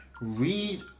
Read